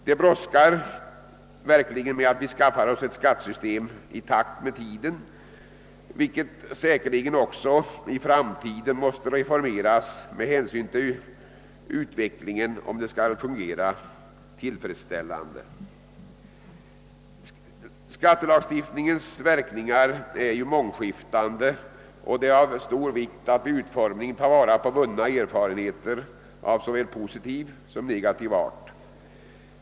Det brådskar verkligen med att vi skaffar oss ett skattesystem som är i takt med tiden, låt vara att det säkerligen också i framtiden måste reformeras med hänsyn till utvecklingen om det skall fungera tillfredsställande. Skattelagstiftningens verkningar är mångskiftande, och det är av stor vikt att vid utformningen ta vara på vunna erfarenheter av såväl positiv som negativ art.